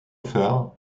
phare